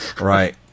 Right